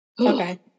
Okay